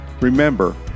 Remember